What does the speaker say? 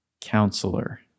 Counselor